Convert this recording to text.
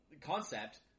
concept